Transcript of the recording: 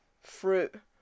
fruit